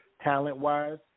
talent-wise